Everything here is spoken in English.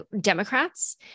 Democrats